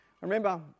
remember